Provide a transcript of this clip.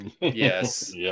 Yes